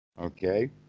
Okay